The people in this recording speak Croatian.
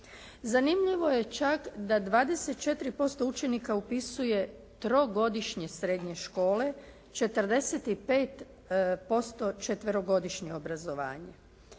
Zanimljivo je čak da 24% učenika upisuje trogodišnje srednje škole, 45% četverogodišnje obrazovanje.